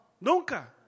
Nunca